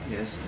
Yes